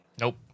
Nope